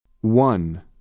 One